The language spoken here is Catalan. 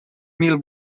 mil